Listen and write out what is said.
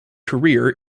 career